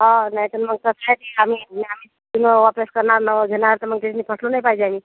हां नाही तर मग कसं आहे की आम्ही म्हणजे आम्ही मग वापस करणार नवं घेणार तर मग ते फसलो नाही पाहिजे आम्ही